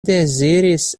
deziris